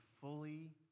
fully